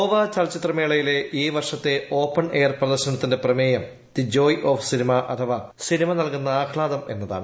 ഗോവ ചലച്ചിത്ര മേളയിലെ ഈ വർഷത്തെ ഓപ്പൺ എയർ പ്രദർശനത്തിന്റെ പ്രമേയം ദി ജോയ് ഓഫ് സിനിമാ അഥവാ സിനിമ നൽകുന്ന ആഹ്ലാദം എന്നതാണ്